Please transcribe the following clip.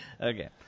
Okay